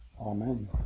Amen